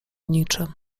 niczym